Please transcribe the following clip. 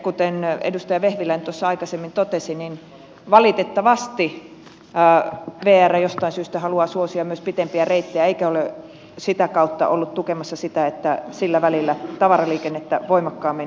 kuten edustaja vehviläinen aikaisemmin totesi niin valitettavasti vr jostain syystä haluaa suosia myös pitempiä reittejä eikä ole sitä kautta ollut tukemassa sitä että sillä välillä tavaraliikennettä voimakkaammin liikkuisi